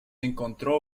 encontró